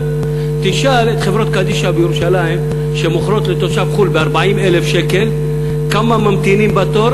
אנשים שנזכרים לבוא לארץ רק במותם,